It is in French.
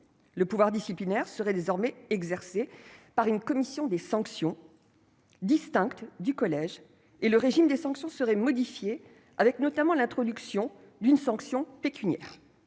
Le pouvoir disciplinaire serait désormais exercé par une commission des sanctions, distincte du collège, et le régime des sanctions serait modifié, notamment avec l'introduction d'une sanction pécuniaire.